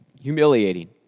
humiliating